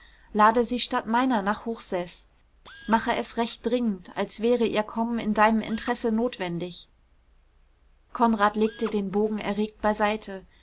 lade sie statt meiner nach hochseß mache es recht dringend als wäre ihr kommen in deinem interesse notwendig konrad legte den bogen erregt beiseite